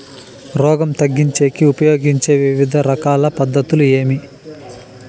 రోగం తగ్గించేకి ఉపయోగించే వివిధ రకాల పద్ధతులు ఏమి?